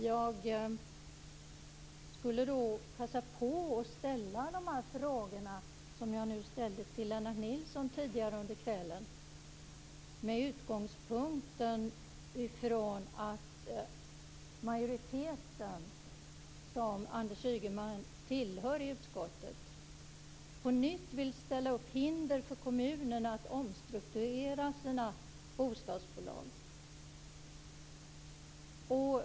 Jag vill passa på att ställa de frågor som jag ställde till Lennart Nilsson tidigare under kvällen med utgångspunkt i att majoriteten i utskottet, som Anders Ygeman tillhör, på nytt vill ställa upp hinder för kommunerna när det gäller att omstrukturera bostadsbolagen.